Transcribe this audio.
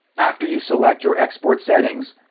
after you select your export settings,